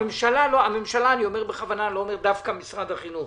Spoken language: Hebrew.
הממשלה אני לא אומר דווקא משרד החינוך,